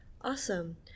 Awesome